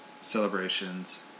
celebrations